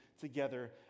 together